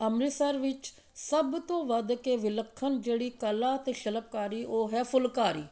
ਅੰਮ੍ਰਿਤਸਰ ਵਿੱਚ ਸਭ ਤੋਂ ਵੱਧ ਕੇ ਵਿਲੱਖਣ ਜਿਹੜੀ ਕਲਾ ਅਤੇ ਸ਼ਿਲਪਕਾਰੀ ਉਹ ਹੈ ਫੁਲਕਾਰੀ